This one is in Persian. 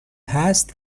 هست